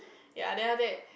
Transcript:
ya then after that